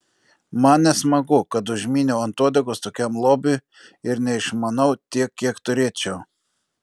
man nesmagu kad užmyniau ant uodegos tokiam lobiui ir neišmanau tiek kiek turėčiau